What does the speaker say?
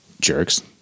jerks